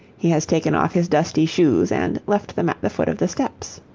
he has taken off his dusty shoes and left them at the foot of the steps.